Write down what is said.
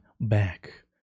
back